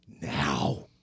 now